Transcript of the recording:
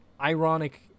ironic